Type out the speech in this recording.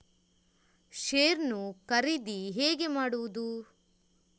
Share ನ್ನು ಖರೀದಿ ಹೇಗೆ ಮಾಡುವುದು?